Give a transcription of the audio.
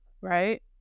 Right